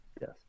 Yes